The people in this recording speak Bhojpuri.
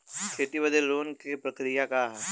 खेती बदे लोन के का प्रक्रिया ह?